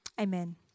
amen